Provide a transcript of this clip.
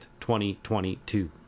2022